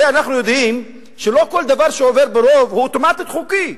הרי אנחנו יודעים שלא כל דבר שעובר ברוב הוא אוטומטית חוקי.